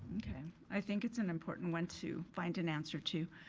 i think it's an important one to find an answer to.